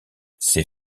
ces